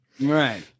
Right